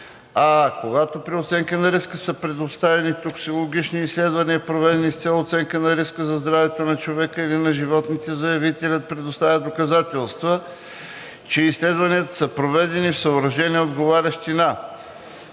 когато при ОР са предоставени токсикологични изследвания, проведени с цел оценка на риска за здравето на човека или на животните, заявителят предоставя доказателства, че изследванията са проведени в съоръжения, отговарящи на: